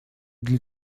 для